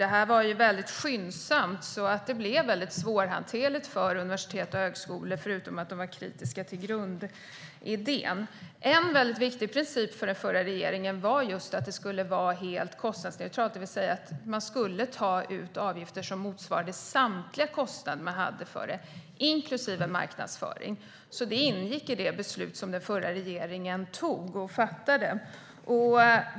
Det skedde skyndsamt, och därför blev det svårhanterligt för universitet och högskolor - förutom att de var kritiska till grundidén. En viktig princip för den förra regeringen var att systemet skulle vara helt kostnadsneutralt, det vill säga att man skulle ta ut avgifter som motsvarade samtliga kostnader inklusive marknadsföring. Det ingick i det beslut som den förra regeringen fattade.